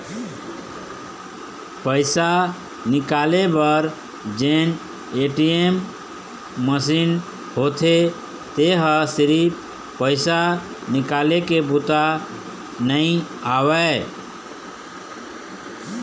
पइसा निकाले बर जेन ए.टी.एम मसीन होथे तेन ह सिरिफ पइसा निकाले के बूता नइ आवय